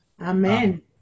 Amen